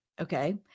Okay